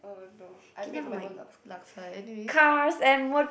oh no I make my own laksa anyway